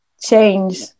change